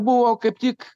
buvo kaip tik